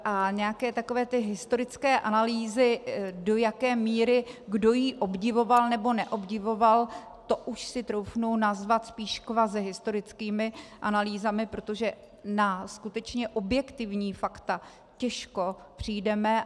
A nějaké takové ty historické analýzy, do jaké míry kdo ji obdivoval nebo neobdivoval, to už si troufnu nazvat spíš kvazihistorickými analýzami, protože na skutečně objektivní fakta těžko přijdeme.